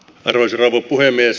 arvoisa rouva puhemies